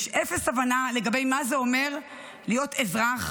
יש אפס הבנה לגבי מה זה אומר להיות אזרח,